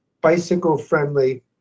bicycle-friendly